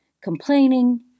complaining